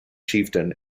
chieftain